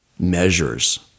measures